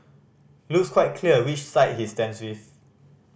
looks quite clear which side he stands with